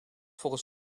volgens